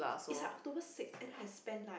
it's like October sixth and then I spent like